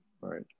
right